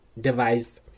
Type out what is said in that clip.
device